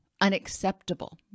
unacceptable